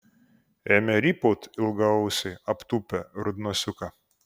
ėmė rypaut ilgaausiai aptūpę rudnosiuką